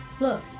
Look